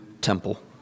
temple